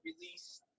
released